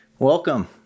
Welcome